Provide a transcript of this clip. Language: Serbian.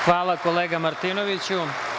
Hvala kolega Martinoviću.